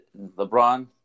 LeBron